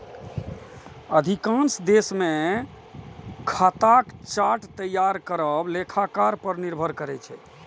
अधिकांश देश मे खाताक चार्ट तैयार करब लेखाकार पर निर्भर करै छै